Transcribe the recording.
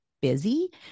busy